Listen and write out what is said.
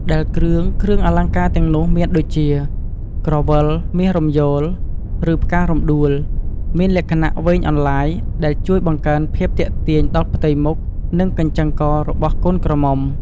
ដែលគ្រឿង គ្រឿងអលង្ការទាំងនោះមានដូចជា ក្រវិលមាសរំយោល ឬផ្ការំដួល មានលក្ខណៈវែងអន្លាយ ដែលជួយបង្កើនភាពទាក់ទាញដល់ផ្ទៃមុខ និងកញ្ចឹងករបស់កូនក្រមុំ។